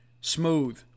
Smooth